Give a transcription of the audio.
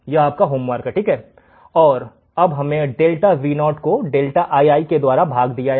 यह आपका होमवर्क है और अब हमने डेल्टा Vo को डेल्टा Ii द्वारा भाग दिया है